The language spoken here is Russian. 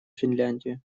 финляндию